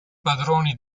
padroni